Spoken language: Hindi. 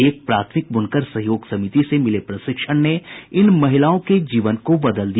एक प्राथमिक बुनकर सहयोग समिति से मिले प्रशिक्षण ने इन महिलाओं के जीवन को बदल दिया